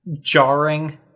jarring